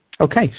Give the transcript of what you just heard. Okay